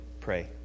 pray